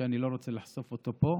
שאני לא רוצה לחשוף אותו פה,